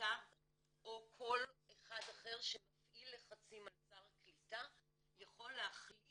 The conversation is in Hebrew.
קליטה או כל אחד אחר שמפעיל לחצים על שר קליטה י כול להחליט